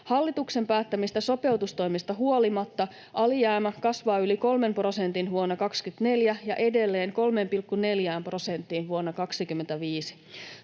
Hallituksen päättämistä sopeutustoimista huolimatta alijäämä kasvaa yli 3 prosentin vuonna 2024 ja edelleen noin 3,4 prosenttiin vuonna 2025.